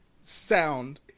sound